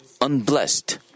unblessed